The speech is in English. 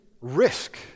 risk